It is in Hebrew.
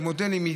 במודלים?